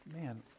man